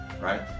right